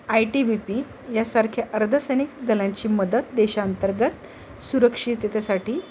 I T B P यासारख्या अर्धसैनिक दलांची मदत देशांंतर्गत सुरक्षितेतसाठी